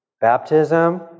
Baptism